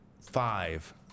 Five